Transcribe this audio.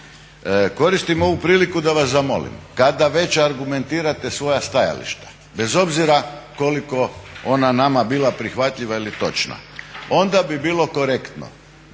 Koristim ovu priliku da vas zamolim, kada već argumentirate svoja stajališta, bez obzira koliko ona nama bila prihvatljiva ili točna onda bi bilo korektno